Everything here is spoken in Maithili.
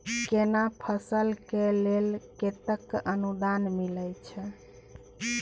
केना फसल के लेल केतेक अनुदान मिलै छै?